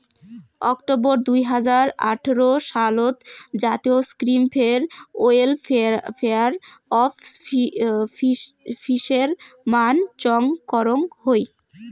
October দুই হাজার আঠারো সালত জাতীয় scheme for welfare of fishermen চং করং হই